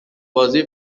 بازی